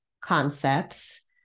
concepts